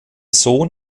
sohn